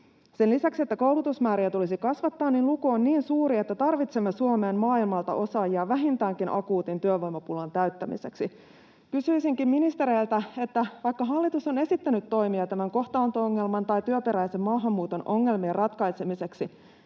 Sen lisäksi, että koulutusmääriä tulisi kasvattaa, luku on niin suuri, että tarvitsemme Suomeen maailmalta osaajia vähintäänkin akuutin työvoimapulan täyttämiseksi. Kysyisinkin ministereiltä: Vaikka hallitus on esittänyt toimia tämän kohtaanto-ongelman ja työperäisen maahanmuuton ongelmien ratkaisemiseksi,